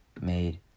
made